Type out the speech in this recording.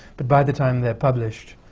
but by the time they're published,